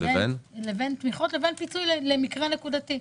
לבין פיצוי למקרה נקודתי.